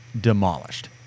demolished